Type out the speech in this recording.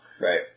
Right